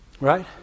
Right